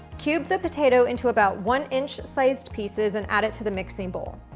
cube the potato into about one inch sized pieces and add it to the mixing bowl.